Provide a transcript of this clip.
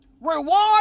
Reward